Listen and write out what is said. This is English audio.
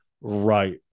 right